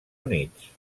units